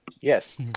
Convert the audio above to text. yes